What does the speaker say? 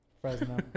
fresno